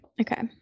Okay